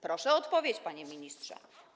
Proszę o odpowiedź, panie ministrze.